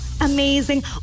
amazing